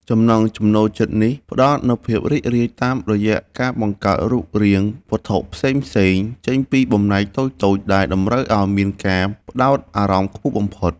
ចំណង់ចំណូលចិត្តនេះផ្ដល់នូវភាពរីករាយតាមរយៈការបង្កើតរូបរាងវត្ថុផ្សេងៗចេញពីបំណែកតូចៗដែលតម្រូវឱ្យមានការផ្ដោតអារម្មណ៍ខ្ពស់បំផុត។